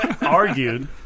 Argued